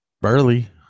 Burley